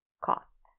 cost